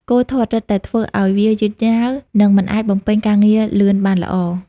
គោធាត់ រឹតតែធ្វើឱ្យវាយឺតយ៉ាវ និងមិនអាចបំពេញការងារលឿនបានល្អ។